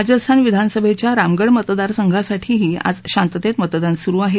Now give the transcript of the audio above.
राजस्थान विधानसभेच्या रामगढ मतदारसंघासाठीही आज शांततेत मतदान सुरु आहे